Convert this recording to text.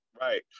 Right